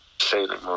sailing